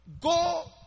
go